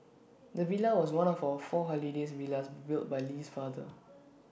the villa was one of four holiday villas built by Lee's father